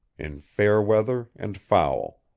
in fair weather and foul.